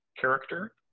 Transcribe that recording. character